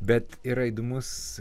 bet yra įdomus